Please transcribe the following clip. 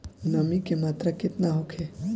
नमी के मात्रा केतना होखे?